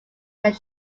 that